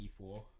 E4